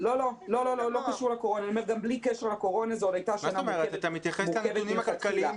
גם בלי קשר לקורונה זו הייתה שנה מאתגרת ומורכבת מלכתחילה.